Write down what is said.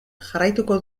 jarraituko